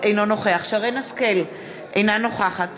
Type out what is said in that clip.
אינו נוכח שרן השכל, אינה נוכחת